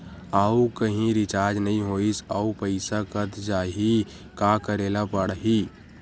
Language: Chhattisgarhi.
आऊ कहीं रिचार्ज नई होइस आऊ पईसा कत जहीं का करेला पढाही?